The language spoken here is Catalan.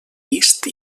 vist